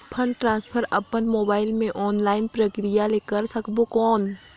Fund transfer अपन mobile मे online प्रक्रिया ले कर सकबो कौन?